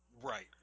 Right